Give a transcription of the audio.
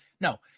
No